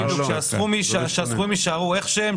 שהסכומים יישארו איך שהם,